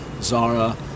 Zara